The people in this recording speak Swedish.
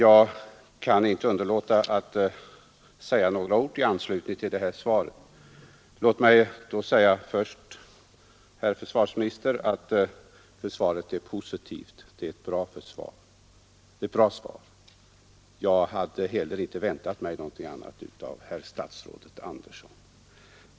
Herr talman! Svaret är, herr försvarsministern, positivt — det är ett bra svar. Jag hade heller inte väntat mig något annat av herr statsrådet Andersson.